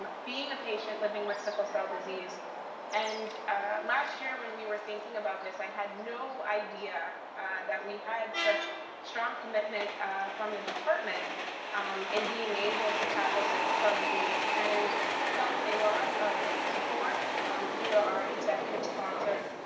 but being a patient, living with sickle cell disease and last year, when we were thinking about this, i had no idea that we had such strong commitment from the department in being able to tackle sickle cell disease. and so it's a lot of support um through our executive sponsor